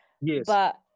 Yes